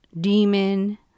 demon